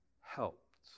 helped